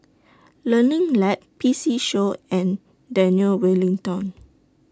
Learning Lab P C Show and Daniel Wellington